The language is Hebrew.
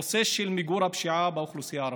הנושא של מיגור הפשיעה באוכלוסייה הערבית: